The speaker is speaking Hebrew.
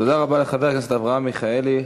תודה רבה לחבר הכנסת אברהם מיכאלי.